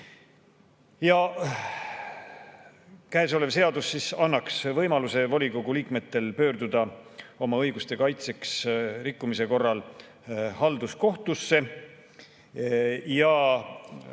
Käesolev seadus annaks võimaluse volikogu liikmetel pöörduda oma õiguste kaitseks rikkumise korral halduskohtusse.